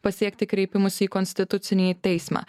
pasiekti kreipimusi į konstitucinį teismą